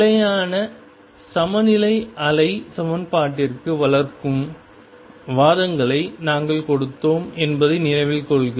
நிலையான சமநிலையை அலை சமன்பாட்டிற்கு வளர்க்கும் வாதங்களை நாங்கள் கொடுத்தோம் என்பதை நினைவில் கொள்க